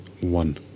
one